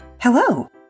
Hello